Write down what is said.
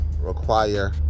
require